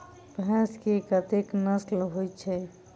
भैंस केँ कतेक नस्ल होइ छै?